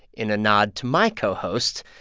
in a nod to my co-host,